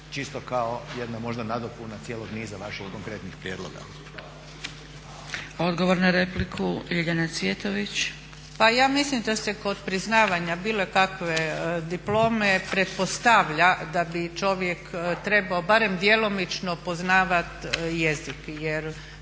čisto kao jedna možda nadopuna cijelog niza vaših konkretnih prijedloga. **Zgrebec, Dragica (SDP)** Odgovor na repliku, Ljiljana Cvjetović. **Cvjetović, Ljiljana (HSU)** Pa ja mislim da se kod priznavanja bilo kakve diplome pretpostavlja da bi čovjek trebao barem djelomično poznavati jezik. Jer